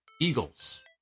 Eagles